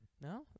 No